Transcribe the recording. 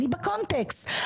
אני בקונטקסט.